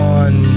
one